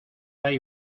hay